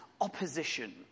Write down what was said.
opposition